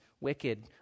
wicked